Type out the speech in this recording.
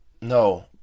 no